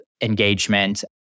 engagement